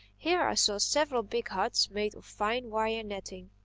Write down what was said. here i saw several big huts made of fine wire netting,